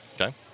Okay